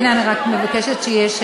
כן, אני רק מבקשת שיהיה שקט כי אי-אפשר.